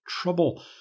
trouble